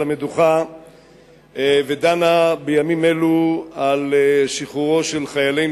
המדוכה ודנה בימים אלה בשחרורו של חיילנו,